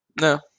No